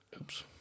Oops